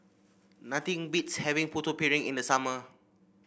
nothing beats having Putu Piring in the summer